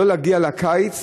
ולא להגיע לקיץ